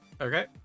Okay